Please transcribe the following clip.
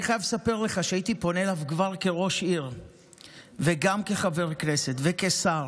אני חייב לספר לך שהייתי פונה אליו כבר כראש עיר וגם כחבר כנסת וכשר,